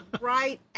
Right